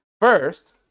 First